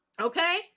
Okay